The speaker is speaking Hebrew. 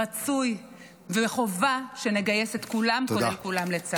רצוי וחובה שנגייס את כולם פה, כולם לצה"ל.